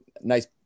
nice